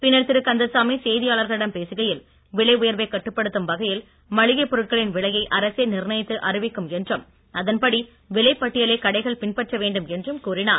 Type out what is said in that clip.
பின்னர் திரு கந்தசாமி செய்தியாளர்களிடம் பேசுகையில் விலை உயர்வை கட்டுப்படுத்தும் வகையில் மளிகைப் பொருட்களின் விலையை அரசே நிர்ணயித்து அறிவிக்கும் என்றும் அதன்படி விலை பட்டியலை கடைகள் பின்பற்ற வேண்டும் என்றும் கூறினார்